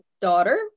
daughter